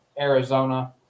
Arizona